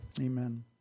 Amen